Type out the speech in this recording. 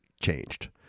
changed